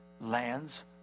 lands